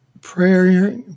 prayer